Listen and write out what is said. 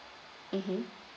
mmhmm